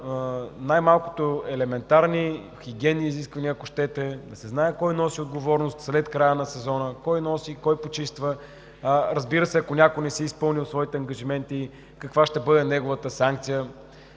най-малкото да има елементарни хигиенни изисквания, ако щете, да се знае кой носи отговорност след края на сезона, кой почиства и, разбира се, ако някой не е изпълнил своите ангажименти, каква ще бъде неговата санкция.